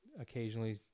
occasionally